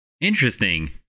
Interesting